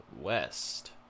West